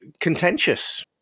contentious